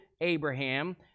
Abraham